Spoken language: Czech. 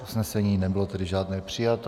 Usnesení nebylo tedy žádné přijato.